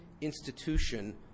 institution